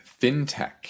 FinTech